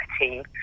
team